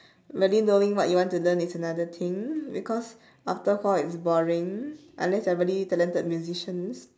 really knowing what you want to learn is another thing because after a while it's boring unless you are really talented musician